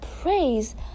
praise